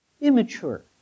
immature